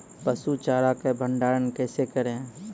पसु चारा का भंडारण कैसे करें?